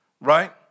right